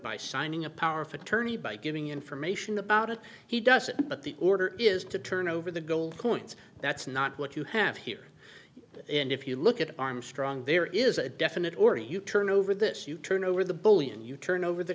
by signing a powerful attorney by giving information about it he does it but the order is to turn over the gold coins that's not what you have here and if you look at armstrong there is a definite or u turn over this you turn over the bully and you turn over the